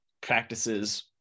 practices